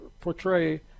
portray